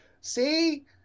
see